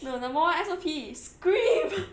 no number one S_O_P is scream